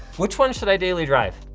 which one should i daily drive,